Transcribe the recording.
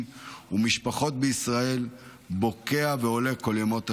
ומשפחות בישראל בוקע ועולה כל ימות השנה.